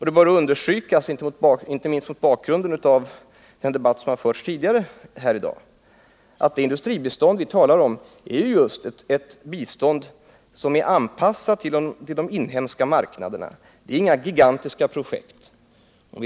Det bör understry kas, inte minst mot bakgrund av den debatt som förts tidigare här i dag, att det industribistånd vi talar om är anpassat till de inhemska marknaderna. Det rör sig inte om några gigantiska projekt.